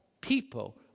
people